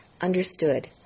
understood